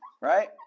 right